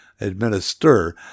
administer